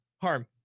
Harm